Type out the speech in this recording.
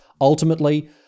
ultimately